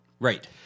Right